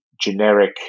generic